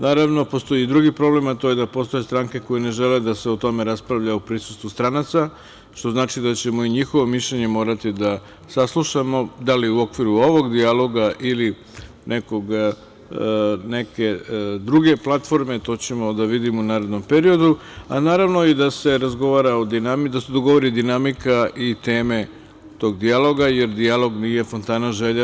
Naravno, postoji i drugi problem, a to je postoje stranke koje ne žele da se o tome raspravlja u prisustvu stranaca, što znači da ćemo i njihovo mišljenje morati da saslušamo, da li u okviru ovog dijaloga ili neke druge platforme, to ćemo da vidimo u narednom periodu, a i da se dogovori dinamika i teme tog dijaloga, jer dijalog nije fontana želja.